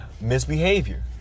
misbehavior